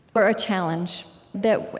or a challenge that,